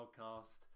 podcast